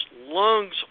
lungs